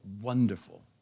wonderful